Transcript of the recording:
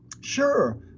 sure